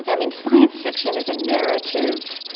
i mean, science fiction is a narrative,